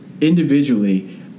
individually